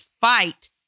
fight